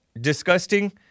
disgusting